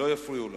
לא יפריעו לך.